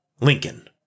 Lincoln